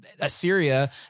Assyria